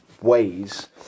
ways